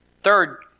Third